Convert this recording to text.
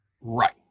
Right